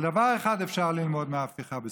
אבל דבר אחד אפשר ללמוד מההפיכה בסודאן: